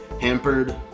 hampered